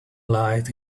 light